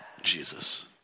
Jesus